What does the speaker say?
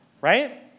right